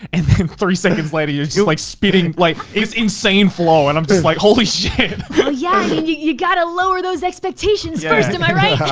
and then three seconds later, you're just like speeding, like insane flow and i'm just like, holy shit! oh yeah, i mean you gotta lower those expectations first. am i right? yeah